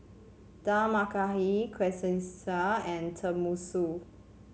Dal Makhani Quesadillas and Tenmusu